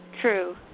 True